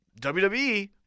WWE